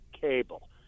cable